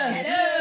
Hello